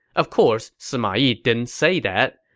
of course, sima yi didn't say that.